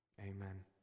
amen